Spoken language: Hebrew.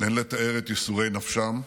אין לתאר את ייסורי נפשם,